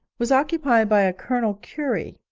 was occupied by a colonel currie,